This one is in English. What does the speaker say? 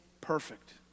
perfect